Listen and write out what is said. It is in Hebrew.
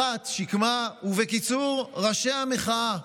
אחת שקמה, ובקיצור, ראשי המחאה.